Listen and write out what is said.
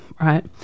right